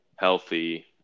Healthy